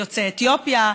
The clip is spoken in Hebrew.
יוצאי אתיופיה,